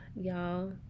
Y'all